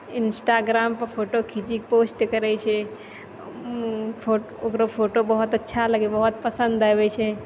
इन्स्टाग्रामपर photo खिची post करै छै ओकरो फोटो बहुत अच्छा बहुत पसन्द आबै छै